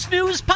News